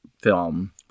film